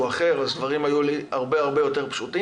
אחר אז דברים היו לי הרבה יותר פשוטים.